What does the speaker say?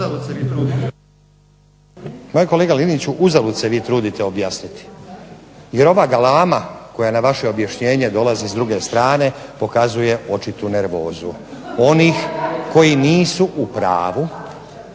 Kolega Liniću uzalud se vi trudite objasniti, jer ova galama koja na vaše objašnjenje dolazi s druge strane pokazuje očitu nervozu onih koji nisu u pravu,